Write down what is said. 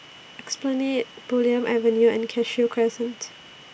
Esplanade Bulim Avenue and Cashew Crescent